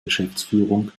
geschäftsführung